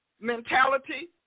mentality